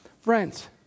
Friends